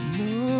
no